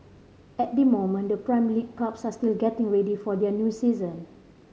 at the moment the Prime League clubs are still getting ready for their new season